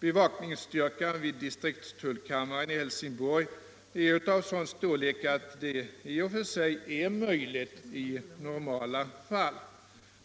Bevakningsstyrkan vid distriktstullkammaren i Helsingborg är av sådan storlek att detta i och för sig är möjligt i normala fall.